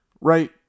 right